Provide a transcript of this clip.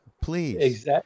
please